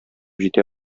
җитә